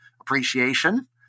appreciation